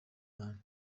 imana